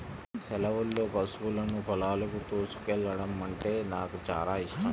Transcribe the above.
సెలవుల్లో పశువులను పొలాలకు తోలుకెల్లడమంటే నాకు చానా యిష్టం